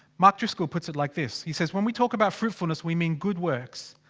mark driscoll puts it like this, he says when we talk about fruitfulness, we mean good works.